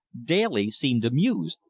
daly seemed amused.